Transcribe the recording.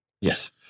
Yes